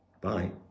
Bye